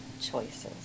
choices